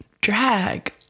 drag